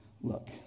Look